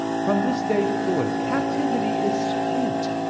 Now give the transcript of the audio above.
from this day forth captivity is sweet.